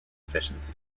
efficiency